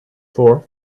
for